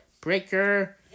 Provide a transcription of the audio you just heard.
Breaker